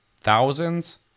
thousands